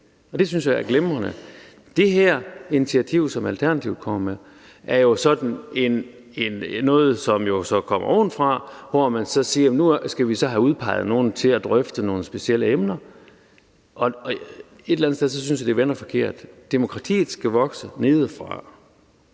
Det synes jeg er glimrende. Det her initiativ, som Alternativet kommer med, er jo sådan noget, som kommer ovenfra, hvor man så siger: Nu skal vi så have udpeget nogle til at drøfte nogle specielle emner. Et eller andet sted synes jeg, det vender forkert. Demokratiet skal vokse nedefra.